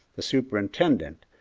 the superintendent,